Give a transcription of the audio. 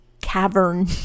cavern